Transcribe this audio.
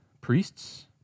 priests